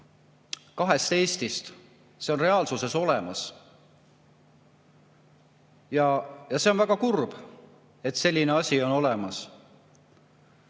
Eestist, on reaalsuses olemas. Ja see on väga kurb, et selline asi on olemas.